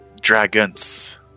dragons